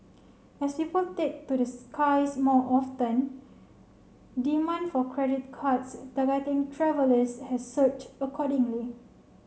as people take to the skies more often demand for credit cards targeting travellers has surged accordingly